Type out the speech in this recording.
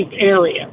area